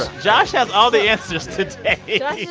josh has all the answers today yeah yeah